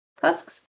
tusks